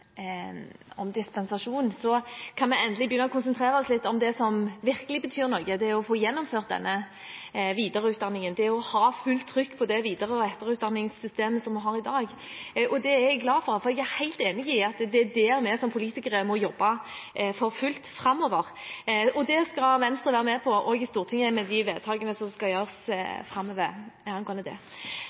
om dispensasjon, kan vi endelig begynne å konsentrere oss litt om det som virkelig betyr noe, det å få gjennomført denne videreutdanningen, det å ha fullt trykk på det videre- og etterutdanningssystemet som vi har i dag. Det er jeg glad for, for jeg er helt enig i at det er der vi som politikere må jobbe for fullt framover. Og det skal Venstre være med på også i Stortinget med de vedtakene som skal gjøres framover angående det.